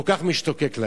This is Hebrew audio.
כל כך משתוקק להן.